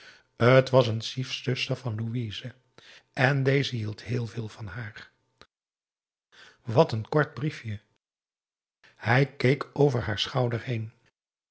t was een stiefzuster van louise en deze hield heel veel van haar wat een kort briefje hij keek over haar schouder heen